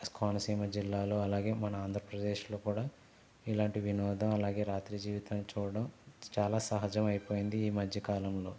కోనసీమ జిల్లాలో అలాగే మన ఆంధ్రప్రదేశ్లో కూడా ఇలాంటి వినోదం అలాగే రాత్రి జీవితం చూడడం చాలా సహజమైపోయింది ఈ మధ్యకాలంలో